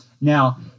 Now